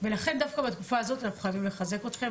ולכן דווקא בתקופה הזאת אנחנו חייבים לחזק אתכם,